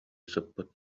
сыппыт